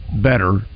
better